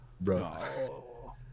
bro